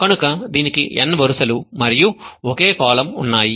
కనుక దీనికి n వరుసలు మరియు ఒకే కాలమ్ ఉన్నాయి